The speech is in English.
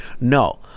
No